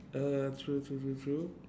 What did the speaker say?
uh true true true true